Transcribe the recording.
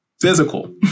physical